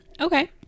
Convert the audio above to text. Okay